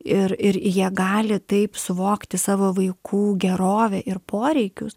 ir ir jie gali taip suvokti savo vaikų gerovę ir poreikius